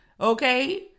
Okay